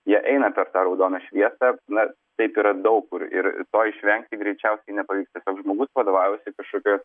jie eina per tą raudoną šviesą na taip yra daug kur ir to išvengti greičiausiai nepavyks tiesiog žmogus vadovaujasi kažkokiu